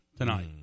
Tonight